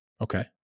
Okay